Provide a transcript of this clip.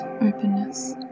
openness